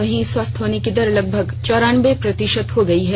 वहीं स्वस्थ होने की दर लगभग चौरानबे प्रतिशत हो गयी है